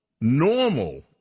normal